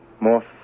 more